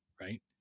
Right